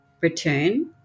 return